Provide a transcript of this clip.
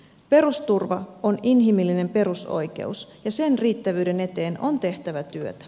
perusturva on inhimillinen perusoikeus ja sen riittävyyden eteen on tehtävä työtä